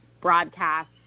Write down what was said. broadcast